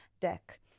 deck